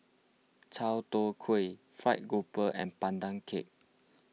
Chai Tow Kway Fried Grouper and Pandan Cake